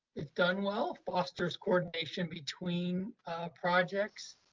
if done well, fosters coordination between projects.